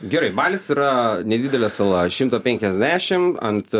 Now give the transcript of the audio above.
gerai balis yra nedidelė sala šimto penkiasdešim ant